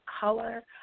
color